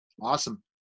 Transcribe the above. Awesome